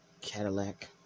Cadillac